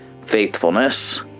faithfulness